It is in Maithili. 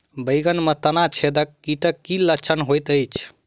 बैंगन मे तना छेदक कीटक की लक्षण होइत अछि?